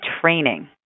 training